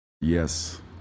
Yes